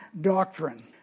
doctrine